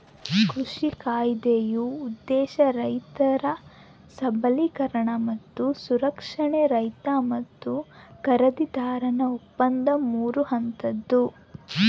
ಕೃಷಿ ಕಾಯ್ದೆಯ ಉದ್ದೇಶ ರೈತರ ಸಬಲೀಕರಣ ಮತ್ತು ಸಂರಕ್ಷಣೆ ರೈತ ಮತ್ತು ಖರೀದಿದಾರನ ಒಪ್ಪಂದ ಮೂರು ಹಂತದ್ದು